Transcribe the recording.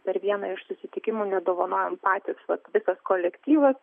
per vieną iš susitikimų net dovanojoe patys vat visas kolektyvas